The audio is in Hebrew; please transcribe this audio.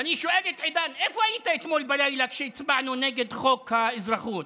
ואני שואל את עידן: איפה היית אתמול בלילה כשהצבענו נגד חוק האזרחות?